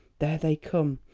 there they come,